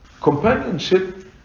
Companionship